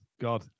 god